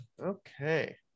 okay